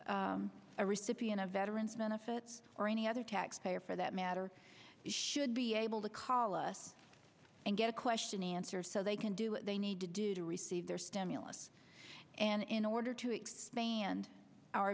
a recipient of veterans benefits or any other taxpayer for that matter should be able to call us and get a question answer so they can do what they need to do to receive their stimulus and in order to expand